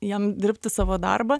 jiem dirbti savo darbą